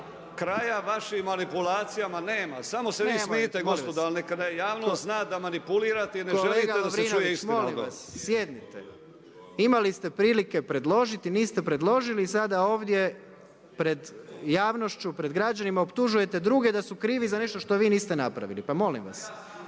… …/Upadica predsjednik: Nemojte, molim vas./… … ali neka javnost zna da manipulirate i ne želite da se čuje istina o tome. **Jandroković, Gordan (HDZ)** Kolega Lovrinović, molim vas, sjednite. Imali ste prilike predložiti, niste predložili i sad ovdje pred javnošću, pred građanima optužujete druge da su krivi za nešto što vi niste napravili, pa molim vas.